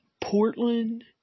Portland